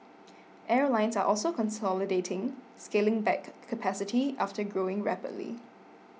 airlines are also consolidating scaling back capacity after growing rapidly